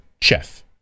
chef